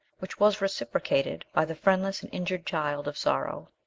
which was reciprocated by the friendless and injured child of sorrow.